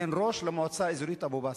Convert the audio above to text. אין ראש למועצה האזורית אבו-בסמה.